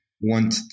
want